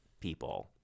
people